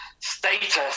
status